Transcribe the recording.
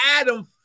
Adam